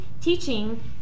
teaching